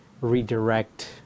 redirect